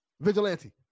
Vigilante